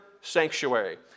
sanctuary